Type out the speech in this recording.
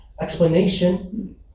explanation